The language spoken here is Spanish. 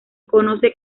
conoce